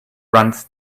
runs